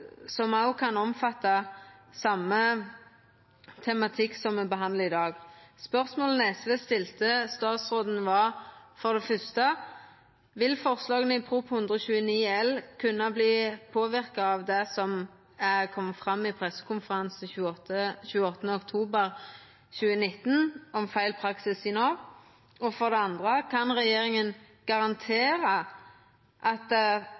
som òg kan omfatta same tematikk som den saka me behandlar i dag. Spørsmåla SV stilte til statsråden, var, for det fyrste: Vil forslaga i Prop. 129 L kunna verta påverka av det som kom fram i pressekonferansen 28. oktober 2019, om feil praksis i Nav? Og for det andre: Kan regjeringa garantera at